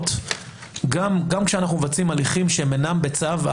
גם כשאנחנו מבצעים הליכים שהם אינם בצו,